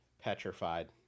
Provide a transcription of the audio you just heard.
petrified